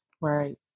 right